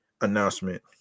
announcement